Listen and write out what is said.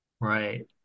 Right